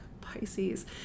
Pisces